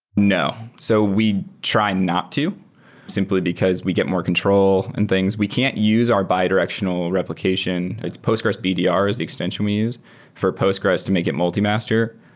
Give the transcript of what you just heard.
no. so we try not to simply because we get more control in things. we can't use our bidirectional replication. postgres bdr is the extension we use for postgres to make it multi master.